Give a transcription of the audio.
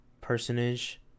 personage